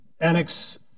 Annex